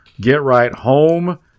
get-right-home